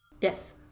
Yes